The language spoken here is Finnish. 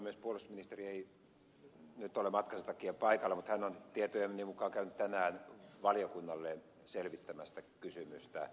puolustusministeri ei nyt ole matkansa takia paikalla mutta hän on tietojeni mukaan käynyt tänään valiokunnalle selvittämässä kysymystä